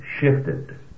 shifted